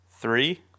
Three